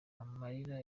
amarira